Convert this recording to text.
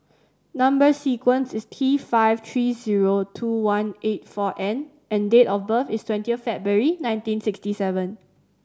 number sequence is T five three zero two one eight four N and date of birth is twenty February nineteen sixty seven